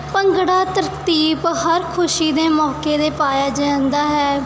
ਭੰਗੜਾ ਤਰਤੀਬ ਹਰ ਖੁਸ਼ੀ ਦੇ ਮੌਕੇ ਦੇ ਪਾਇਆ ਜਾਂਦਾ ਹੈ